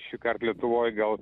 šįkart lietuvoj gal